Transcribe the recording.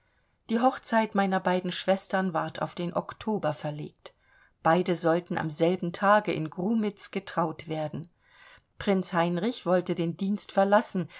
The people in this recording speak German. die hochzeit meiner beiden schwestern ward auf den oktober verlegt beide sollten am selben tage in grumitz getraut werden prinz heinrich wollte den dienst verlassen